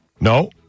No